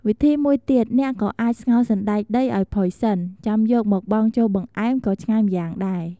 វិធីមួយទៀត អ្នកក៏អាច ស្ងោរសណ្ដែកដីឱ្យផុយសិន ចាំយកមកបង់ចូលបង្អែម ក៏ឆ្ងាញ់ម្យ៉ាងដែរ។